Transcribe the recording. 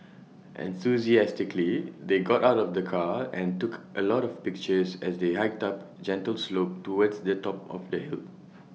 enthusiastically they got out of the car and took A lot of pictures as they hiked up gentle slope towards the top of the hill